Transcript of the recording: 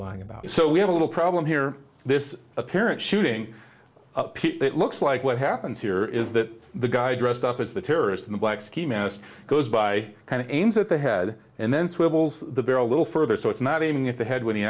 lying about so we have a little problem here this apparent shooting up it looks like what happens here is that the guy dressed up as the terrorist in the black ski mask goes by kind of aims at the head and then swivels the bear a little further so it's not aiming at the head when